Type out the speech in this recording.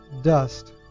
dust